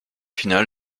finale